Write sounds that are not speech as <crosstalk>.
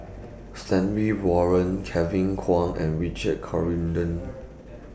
<noise> Stanley Warren Kevin Kwan and Richard Corridon